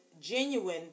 Genuine